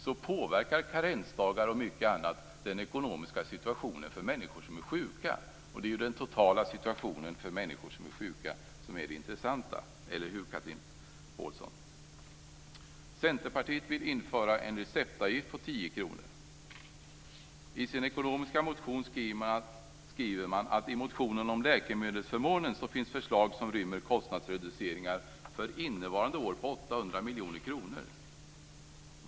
Karensdagar och annat påverkar självfallet den ekonomiska situationen för människor som är sjuka. Det är den totala situationen för människor som är sjuka som är det intressanta, eller hur, Chatrine Pålsson? sin ekonomiska motion skriver man att det i motionen om läkemedelsförmåner finns förslag som rymmer kostnadsreduceringar för innevarande år på 800 miljoner kronor.